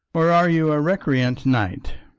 or are you a recreant knight?